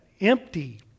empty